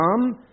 come